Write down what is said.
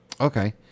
Okay